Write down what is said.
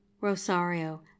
Rosario